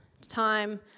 time